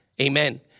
Amen